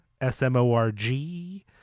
S-M-O-R-G